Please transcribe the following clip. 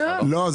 לא.